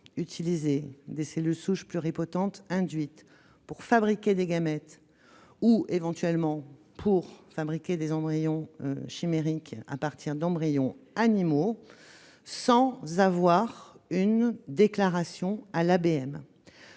d'utiliser des cellules souches pluripotentes induites pour fabriquer des gamètes ou, éventuellement, des embryons chimériques à partir d'embryons animaux, sans déclaration auprès